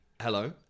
hello